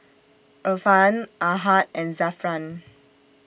Irfan Ahad and Zafran